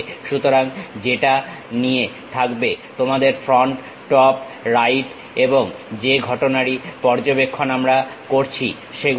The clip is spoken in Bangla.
সুতরাং যেটা নিয়ে থাকবে তোমাদের ফ্রন্ট টপ রাইট এবং যে ঘটনারই পর্যবেক্ষণ আমরা করেছি সেগুলো